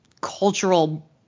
cultural